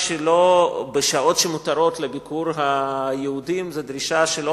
בשעות שמותרות לביקור היהודים זו דרישה שלא